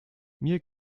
mir